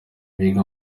biga